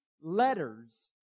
letters